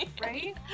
right